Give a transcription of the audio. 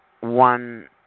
one